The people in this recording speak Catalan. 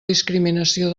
discriminació